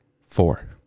Four